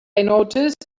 noticed